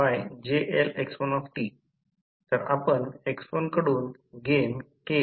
तर म्हणून आता या समीकरणातून येथून I2 8